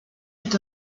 est